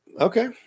Okay